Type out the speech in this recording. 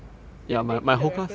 they they they give a reference right